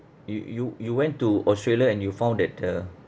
you you you went to australia and you found that uh